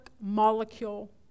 molecule